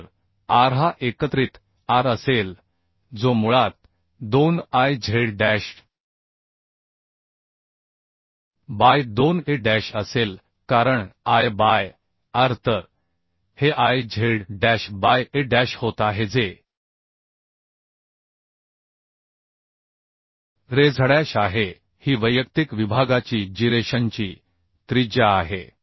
तर R हा एकत्रित R असेल जो मुळात 2 I z dash by 2 A dash असेल कारण I बाय R तर हे I Z dash by A dash होत आहे जे Rzzडॅश आहे ही वैयक्तिक विभागाची गायरेशनची त्रिज्या आहे